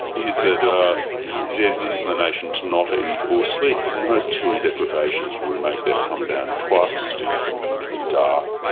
is that there's an inclination to not ah eat or sleep, and and those two deprivations will make that comedown twice as steep and as dark.